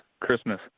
Christmas